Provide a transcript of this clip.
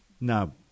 now